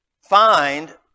find